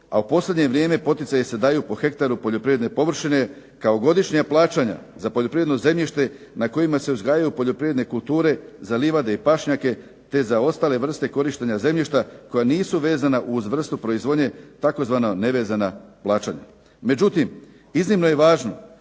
a u posljednje vrijeme poticaji se daju po hektaru poljoprivredne površine kao godišnja plaćanja za poljoprivredno zemljište na kojima se uzgajaju poljoprivredne kulture za livade i pašnjake te za ostale vrste korištenja zemljišta koja nisu vezana uz vrstu proizvodnje, tzv. nevezana plaćanja. Međutim, iznimno je važno